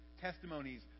Testimonies